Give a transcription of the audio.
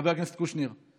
חבר הכנסת קושניר,